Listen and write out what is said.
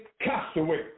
castaway